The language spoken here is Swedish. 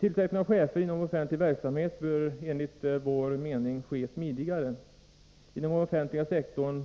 Tillsättningar av chefer inom offentlig verksamhet bör enligt vår mening ske smidigare. Inom den offentliga sektorn